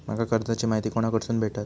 माका कर्जाची माहिती कोणाकडसून भेटात?